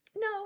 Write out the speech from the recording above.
No